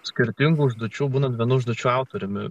skirtingų užduočių būnant vienu užduočių autoriumi